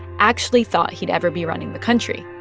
actually thought he'd ever be running the country.